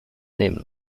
nehmen